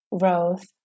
growth